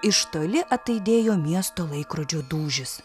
iš toli ataidėjo miesto laikrodžio dūžis